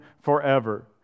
forever